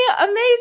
amazing